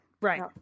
right